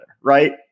Right